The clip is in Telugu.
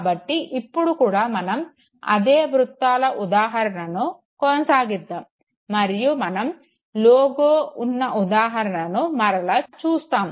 కాబట్టి ఇప్పుడు కూడా మనం అదే వృత్తాల ఉదహారనను కొనసాగిదాము మరియు మనం లోగో ఉన్న ఉదాహరణను మరలా చూస్తాము